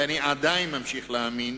ואני עדיין ממשיך להאמין,